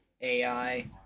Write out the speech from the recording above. AI